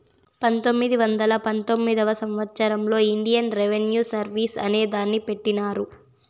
పంతొమ్మిది వందల పంతొమ్మిదివ సంవచ్చరంలో ఇండియన్ రెవిన్యూ సర్వీస్ అనే దాన్ని పెట్టినారు